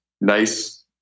nice